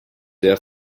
der